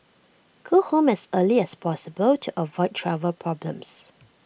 go home as early as possible to avoid travel problems